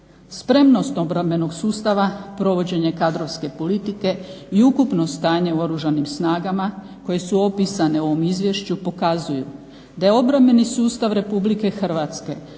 Spremnost obrambenog sustava, provođenje kadrovske politike i ukupno stanje u Oružanim snagama koje su opisane u ovom izvješću pokazuju da je obrambeni sustav RH unatoč